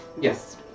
Yes